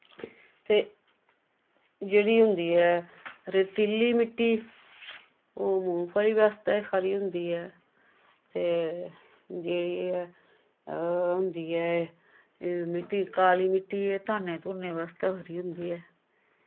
ते जेह्ड़ी होंदी ऐ रेतिली मिट्टी ओह् मुंगफली वास्तै खरी होंदी ऐ ते जेह्ड़ी ऐ होंदी ऐ एह् मिट्टी काली मिट्टी एह् धाने धूनें वास्तै खरी होंदी ऐ